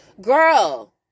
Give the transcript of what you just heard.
Girl